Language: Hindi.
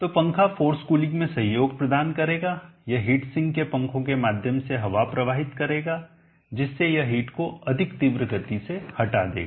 तो पंखा फोर्स कूलिंग में सहयोग प्रदान करेगा यह हीट सिंक के पंखों के माध्यम से हवा प्रवाहित करेगा जिससे यह हीट को अधिक तीव्र गति से हटा देगा